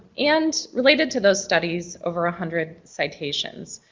and related to those studies over a hundred citations.